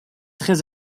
très